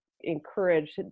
encourage